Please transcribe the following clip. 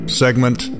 segment